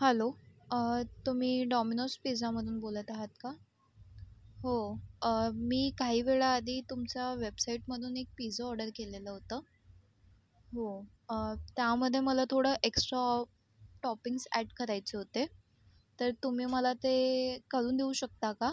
hello तुम्ही Domino's पिझ्झामधून बोलत आहात का हो मी काही वेळाआधी तुमच्या वेबसाईटमधून एक पिज्जा ऑर्डर केलेलं होतं हो त्यामध्ये मला थोडं एक्स्ट्रॉ टॉपिंग्स अॅड करायचे होते तर तुम्ही मला ते करून देऊ शकता का